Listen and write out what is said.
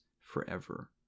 forever